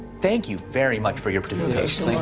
thank you very much for your participation.